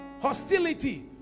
hostility